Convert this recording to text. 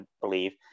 believe